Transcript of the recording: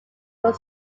were